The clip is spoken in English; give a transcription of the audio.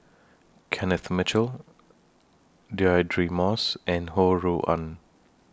Kenneth Mitchell Deirdre Moss and Ho Rui An